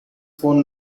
phone